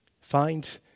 Find